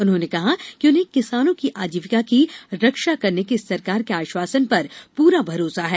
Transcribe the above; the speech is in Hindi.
उन्होंने कहा कि उन्हें किसानों की आजीविका की रक्षा करने के सरकार के आश्वासन पर पूरा भरोसा है